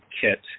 kit